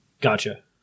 Gotcha